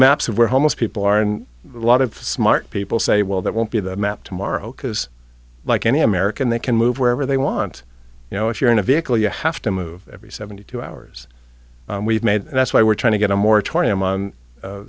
maps were homeless people are and a lot of smart people say well that won't be the map tomorrow because like any american they can move wherever they want you know if you're in a vehicle you have to move every seventy two hours we've made and that's why we're trying to get a mor